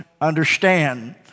understand